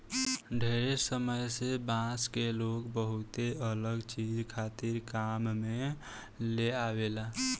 ढेरे समय से बांस के लोग बहुते अलग चीज खातिर काम में लेआवेला